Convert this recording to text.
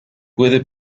puede